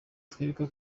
twibuke